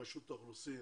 רשות האוכלוסין,